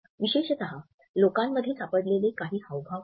विशेषतः लोकांमध्ये सापडलेले काही हावभाव आहेत